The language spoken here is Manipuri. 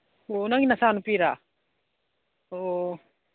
ꯑꯣ ꯅꯪꯒꯤ ꯅꯆꯥꯅꯨꯄꯤꯔꯥ ꯑꯣ